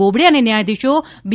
બોબડે અને ન્યાયધીશો બી